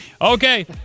Okay